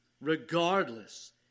Regardless